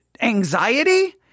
anxiety